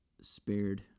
spared